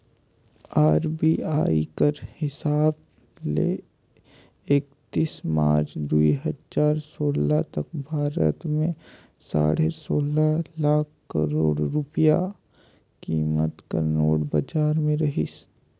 RBI कर हिसाब ले एकतीस मार्च दुई हजार सोला तक भारत में साढ़े सोला लाख करोड़ रूपिया कीमत कर नोट बजार में रहिस